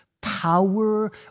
power